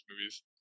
movies